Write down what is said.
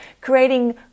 creating